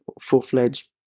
full-fledged